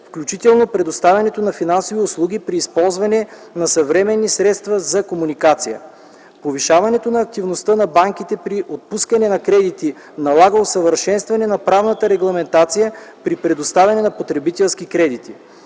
включително предоставянето на финансови услуги при използване на съвременни средства за комуникация. Повишаването на активността на банките при отпускане на кредити налага усъвършенстване на правната регламентация при предоставяне на потребителски кредити.